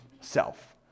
self